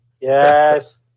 yes